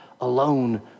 alone